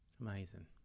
Amazing